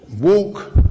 Walk